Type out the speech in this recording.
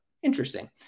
interesting